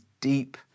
deep